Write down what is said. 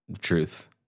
Truth